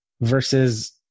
versus